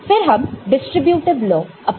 फिर हम distributive law apply करेंगे